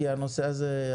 כי עסקת בנושא הזה.